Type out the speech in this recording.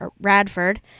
Radford